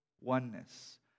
oneness